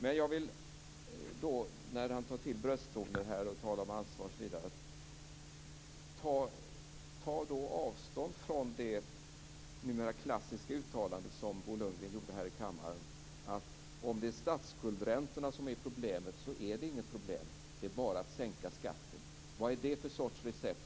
Men när han tar till brösttoner och talar om ansvar osv. vill jag säga: Ta då avstånd, Bo Lundgren, från det numera klassiska uttalandet här i kammaren. Bo Lundgren sade: "Om det är statsskuldräntorna som är problemet så finns inte det problemet. Det är bara att sänka skatten." Vad är det för sorts recept?